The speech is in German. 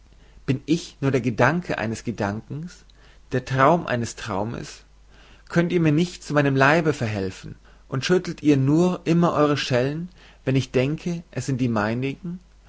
bin ich nur der gedanke eines gedanken der traum eines traumes könnt ihr mir nicht zu meinem leibe verhelfen und schüttelt ihr nun immer eure schellen wenn ich denke es sind die meinigen